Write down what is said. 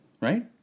right